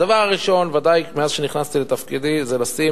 הדבר הראשון, ודאי, מאז שנכנסתי לתפקידי, זה לשים